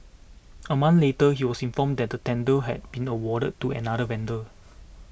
a month later he was informed that the tender had been awarded to another vendor